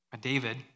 David